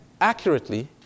accurately